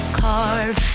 carve